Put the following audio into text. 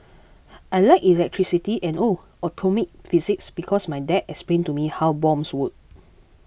I like electricity and oh atomic physics because my dad explained to me how bombs work